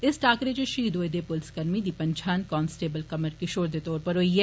इस टाकरे च शहीद होए दे पुलसकर्मी दी पन्छान कांस्टेबल कमल किशोर दे तौर उप्पर होई ऐ